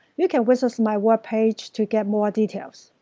you can visit my web page to get more details.